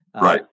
Right